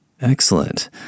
Excellent